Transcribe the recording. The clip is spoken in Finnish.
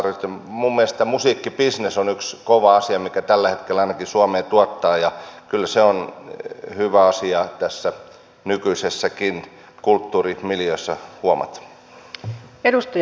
minun mielestäni musiikkibisnes on yksi kova asia mikä ainakin tällä hetkellä suomeen tuottaa ja kyllä se on hyvä asia tässä nykyisessäkin kulttuurimiljöössä huomata